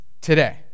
today